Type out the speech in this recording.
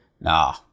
nah